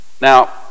Now